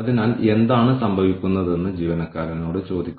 അതിൽ കാര്യങ്ങൾ എങ്ങനെ പ്രവർത്തിക്കുന്നുവെന്ന് അവർ കാണുകയും ചെയ്തതിനുശേഷം യഥാർത്ഥത്തിൽ ഇത് സ്വമേധയാ ഉപയോഗിക്കുന്ന ആളുകളുടെ എണ്ണം വർദ്ധിക്കുന്നു